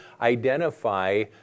identify